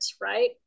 right